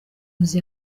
nzu